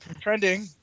Trending